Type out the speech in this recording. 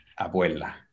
abuela